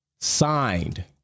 signed